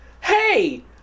Hey